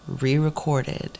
re-recorded